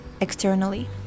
externally